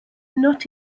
not